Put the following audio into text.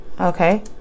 okay